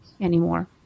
anymore